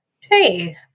Hey